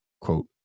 quote